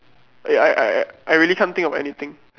I I I I really can't think of anything